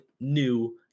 new